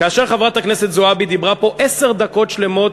כאשר חברת הכנסת זועבי דיברה פה עשר דקות שלמות,